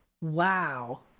Wow